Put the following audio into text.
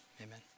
Amen